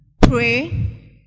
pray